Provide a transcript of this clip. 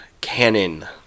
canon